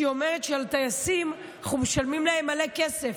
כשהיא אומרת שלטייסים, אנחנו משלמים להם מלא כסף,